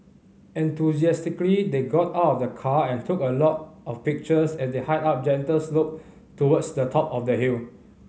enthusiastically they got out of the car and took a lot of pictures as they hiked up a gentle slope towards the top of the hill